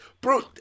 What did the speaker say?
Bro